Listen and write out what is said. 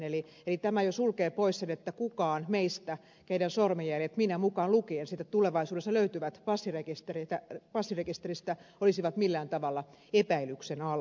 eli tämä jo sulkee pois sen että kukaan meistä joiden sormenjäljet minä mukaan lukien sitten tulevaisuudessa löytyvät passirekisteristä olisi millään tavalla epäilyksen alla